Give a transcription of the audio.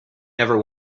never